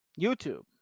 YouTube